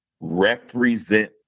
represent